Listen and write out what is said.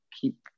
keep